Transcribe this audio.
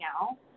now